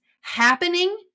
happening